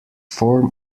form